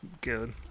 good